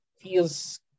feels